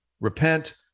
repent